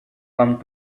come